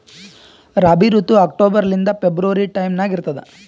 ರಾಬಿ ಋತು ಅಕ್ಟೋಬರ್ ಲಿಂದ February time ನಾಗ ಇರ್ತದ